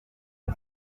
ati